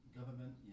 Government